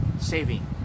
saving